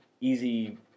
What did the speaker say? easy